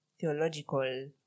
theological